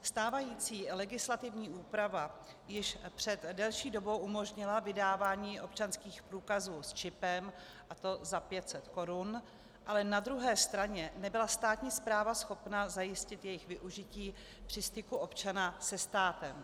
Stávající legislativní úprava již před delší dobou umožnila vydávání občanských průkazů s čipem, a to za 500 korun, ale na druhé straně nebyla státní správa schopna zajistit jejich využití při styku občana se státem.